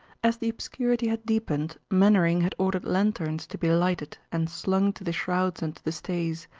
as the obscurity had deepened, mainwaring had ordered lanthorns to be lighted and slung to the shrouds and to the stays,